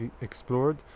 explored